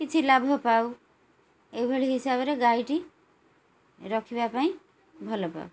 କିଛି ଲାଭପାଉ ଏହିଭଳି ହିସାବରେ ଗାଈଟି ରଖିବା ପାଇଁ ଭଲପାଉ